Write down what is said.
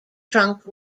trunk